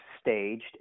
staged